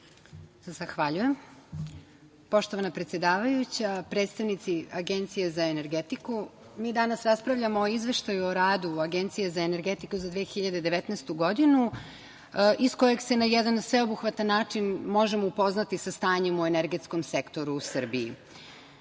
Zahvaljujem. Poštovana predsedavajuća, predstavnici Agencije za energetiku, mi danas raspravljamo o Izveštaju o radu Agencije za energetiku za 2019. godinu iz kojeg se na jedan sveobuhvatan način možemo upoznati sa stanjem u energetskom sektoru u Srbiji. Značaj